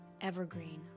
Evergreen